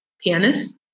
pianist